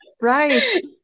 Right